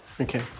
Okay